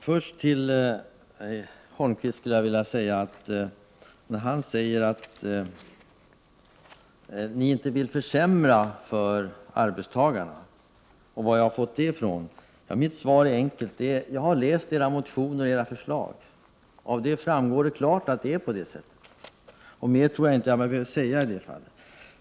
Fru talman! Erik Holmkvist säger att moderaterna inte vill försämra för arbetstagarna och undrar varifrån jag har fått det. Mitt svar är enkelt: Jag har läst era motioner och era förslag. Av dem framgår klart att det är på det sättet. Mer tror jag inte jag behöver säga i det fallet.